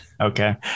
okay